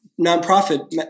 nonprofit